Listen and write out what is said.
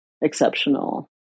exceptional